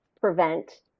prevent